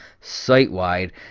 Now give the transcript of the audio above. site-wide